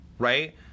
Right